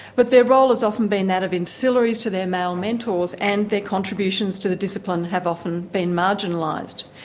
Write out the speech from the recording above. but their role has often been that of ancillaries to their male mentors and their contributions to the discipline have often been marginalised.